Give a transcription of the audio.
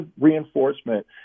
reinforcement